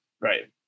Right